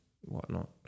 whatnot